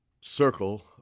circle